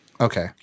okay